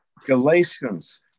Galatians